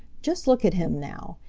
just look at him now!